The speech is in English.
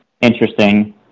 interesting